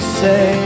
say